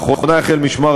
ועכשיו אנחנו ניגש לקריאה